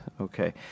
Okay